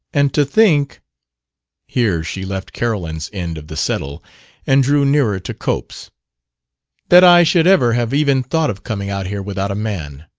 and to think here she left carolyn's end of the settle and drew nearer to cope's that i should ever have even thought of coming out here without a man!